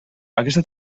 aquesta